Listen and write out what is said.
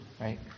right